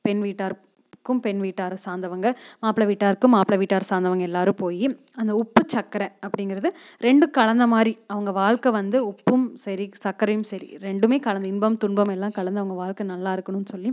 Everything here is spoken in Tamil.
பெண் வீட்டாருக்கும் பெண் வீட்டாரை சார்ந்தவங்க மாப்பிள வீட்டாருக்கு மாப்பிள வீட்டாரை சார்ந்தவங்க எல்லோரும் போய் அந்த உப்பு சக்கரை அப்படிங்கிறது ரெண்டும் கலந்த மாதிரி அவங்க வாழ்க்க வந்து உப்பும் சரி சக்கரையும் சரி ரெண்டுமே கலந்து இன்பம் துன்பம் எல்லாம் கலந்து அவங்க வாழ்க்க இருக்கணுன்னு சொல்லி